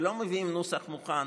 ולא מביאים נוסח מוכן.